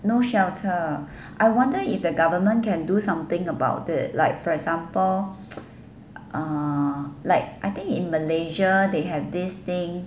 no shelter I wonder if the government can do something about it like for example uh like I think in malaysia they have this thing